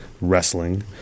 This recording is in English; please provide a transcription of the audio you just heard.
wrestling